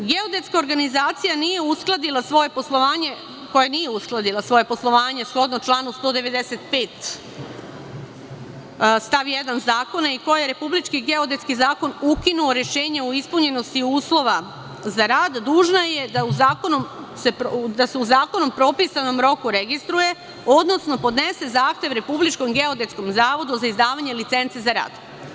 Geodetska organizacija koja nije uskladila svoje poslovanje, shodno članu 195. stav 1. Zakona, i kojoj je Republički geodetski zavod ukinuo rešenje o ispunjenosti uslova za rad, dužna je da se u zakonom propisanom roku registruje, odnosno podnese zahtev Republičkom geodetskom zavodu za izdavanje licence za rad.